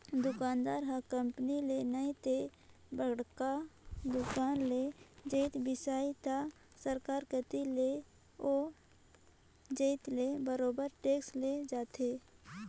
दुकानदार ह कंपनी ले नइ ते बड़का दुकान ले जाएत बिसइस त सरकार कती ले ओ जाएत ले बरोबेर टेक्स ले जाथे